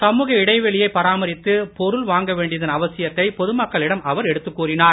சமூகட இடைவெளியை பராமரித்து பொருள் வாங்க வேண்டியதன் அவசியத்தை பொதுமக்களிடம் அவர் எடுத்துக் கூறினார்